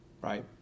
right